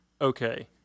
okay